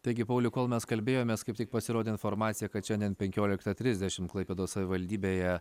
taigi pauliau kol mes kalbėjomės kaip tik pasirodė informacija kad šiandien penkioliktą trisdešimt klaipėdos savivaldybėje